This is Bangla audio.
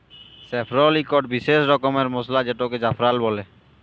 স্যাফরল ইকট বিসেস রকমের মসলা যেটাকে জাফরাল বল্যে